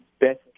best